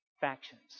Factions